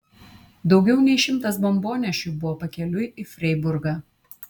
daugiau nei šimtas bombonešių buvo pakeliui į freiburgą